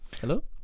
hello